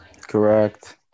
Correct